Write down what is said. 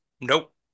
Nope